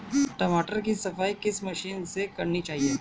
टमाटर की सफाई किस मशीन से करनी चाहिए?